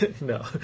No